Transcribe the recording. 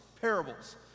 parables